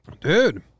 Dude